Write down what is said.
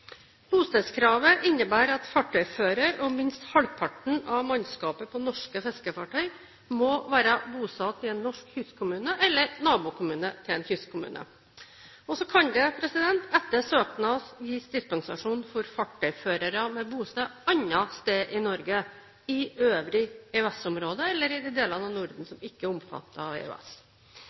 Bostedskravet innebærer at fartøyfører og minst halvparten av mannskapet på norske fiskefartøy må være bosatt i en norsk kystkommune eller nabokommune til en kystkommune. Så kan det etter søknad gis dispensasjon for fartøyførere med bosted annet sted i Norge, i øvrig EØS-område, eller i de delene av Norden som ikke er omfattet av EØS.